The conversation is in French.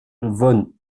von